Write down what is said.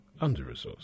under-resourced